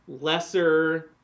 lesser